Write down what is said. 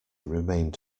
remained